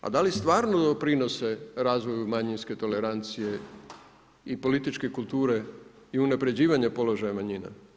A da li stvarno doprinose razvoju manjinske tolerancije i političke kulture i unaprjeđivanja položaja manjina?